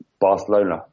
Barcelona